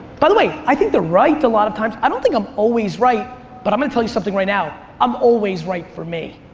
by the way, i think they're right a lot of times. i don't think i'm always right but i'm gonna tell you something right now, i'm always right for me.